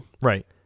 Right